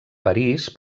parís